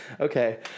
Okay